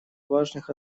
важных